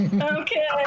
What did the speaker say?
Okay